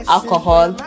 Alcohol